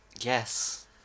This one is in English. Yes